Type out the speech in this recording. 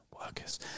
workers